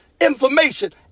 information